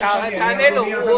תענה לו.